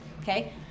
Okay